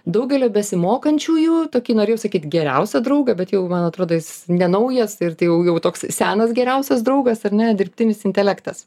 daugelio besimokančiųjų tokį norėjau sakyt geriausią draugą bet jau man atrodo jis nenaujas ir tai jau jau toks senas geriausias draugas ar ne dirbtinis intelektas